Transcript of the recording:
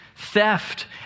Theft